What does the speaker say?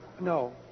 No